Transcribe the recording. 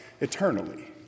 eternally